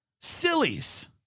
sillies